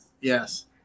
Yes